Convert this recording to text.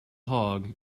hog